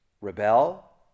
rebel